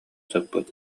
сыппыт